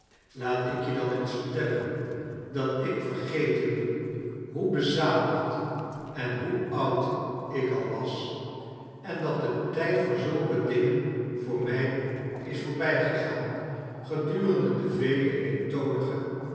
laat ik je dan eens vertellen dat ik vergetende hoe bezadigd en hoe oud ik al was en dat de tijd voor zulke dingen voor mij is voorbijgegaan gedurende de vele